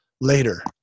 later